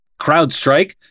CrowdStrike